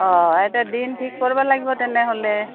অঁ এতিয়া দিন ঠিক কৰিব লাগিব তেনেহ'লে